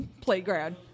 playground